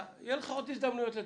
יהיו לך עוד הזדמנויות לדבר.